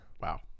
wow